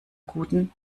guten